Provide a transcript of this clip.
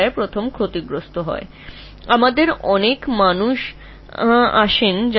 আলঝেইমারের স্মৃতিভ্রংশের প্রথম লক্ষণটি হল টাটকা স্মৃতি হারানো এবং আমাদের কাছে আসা প্রচুর লোকেরা পুরনো দিনের কথা বলে